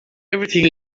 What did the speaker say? everything